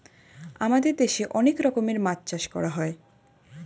আমাদের দেশে অনেক রকমের মাছ চাষ করা হয়